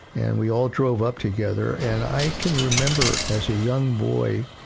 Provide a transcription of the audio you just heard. and we all drove up together. and i can remember as a young boy,